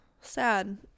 sad